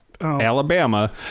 Alabama